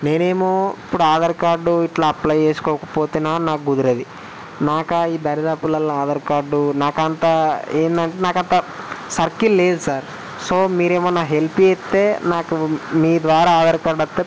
నేను ఏమో ఇప్పుడు ఆధార్ కార్డు ఇట్లా అప్లై చేసుకోకపోతేనా నాకు కుదరదు నాకు ఆ ఈ దరిదాపుల్లో ఆధార్ కార్డు నాకు అంతా ఏంటంటే నాకు అంతా సర్కిల్ లేదు సార్ సో మీరు ఏమైనా హెల్ప్ చేస్తే నాకు మీ ద్వారా ఆధార్ కార్డు వస్తే